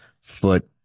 foot